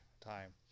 time